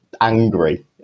angry